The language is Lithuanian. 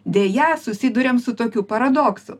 deja susiduriam su tokiu paradoksu